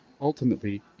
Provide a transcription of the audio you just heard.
ultimately